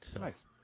nice